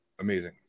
amazing